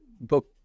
book